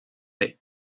lait